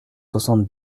soixante